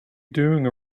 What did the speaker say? doing